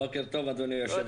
בוקר טוב, אדוני היושב-ראש.